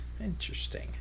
interesting